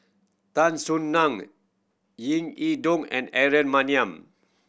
Tan Soo Nan Ying E Ding and Aaron Maniam